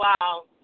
Wow